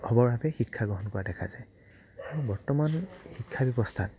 হ'বৰ বাবে শিক্ষা গ্ৰহণ কৰা দেখা যায় বৰ্তমান শিক্ষাব্যৱস্থাত